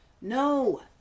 No